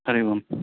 हरिः ओम्